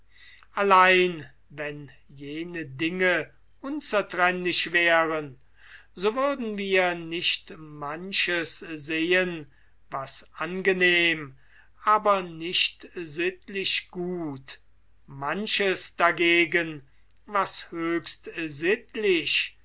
allein wenn jene dinge unzertrennlich wären so würden wir nicht manches sehen was angenehm aber nicht sittlich gut manches dagegen was höchst sittlich